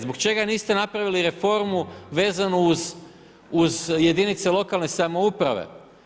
Zbog čega niste napravili reformu veznu uz jedinica lokalne samouprave?